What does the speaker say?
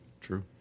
true